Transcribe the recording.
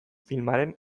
filmaren